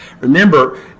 Remember